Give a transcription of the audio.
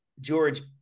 George